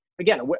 again